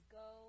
go